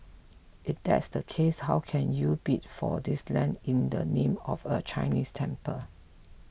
if that's the case how can you bid for this land in the name of a Chinese temple